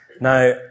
Now